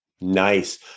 Nice